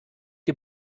die